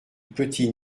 petit